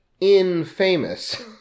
In-famous